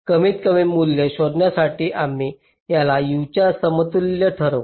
कमीत कमी मूल्य शोधण्यासाठी आम्ही याला 0 च्या समतुल्य ठरवू